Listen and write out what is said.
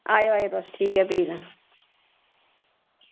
आयो आयो तुस ठीक ऐ भी तां